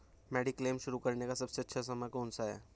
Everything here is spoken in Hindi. मेडिक्लेम शुरू करने का सबसे अच्छा समय कौनसा है?